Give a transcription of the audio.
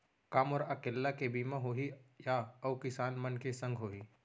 का मोर अकेल्ला के बीमा होही या अऊ किसान मन के संग होही?